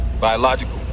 Biological